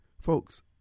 Folks